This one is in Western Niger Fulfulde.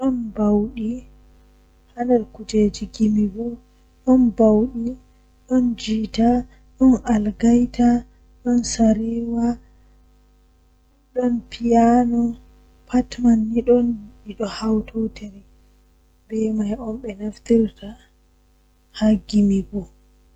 Lebbi jei buri wulugo haa mi woni latta lebbi arande nangan egaa en viya mach april mey jun pat don wuli habe julai lewru jei don feewi bo nangan nuvemba desemba janwari habe fabwari lewru jei burdaa hebugo ndiyam bo laatan julai ogos be septemba.